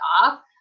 off